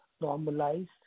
normalized